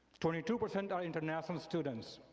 twenty two percent are international students.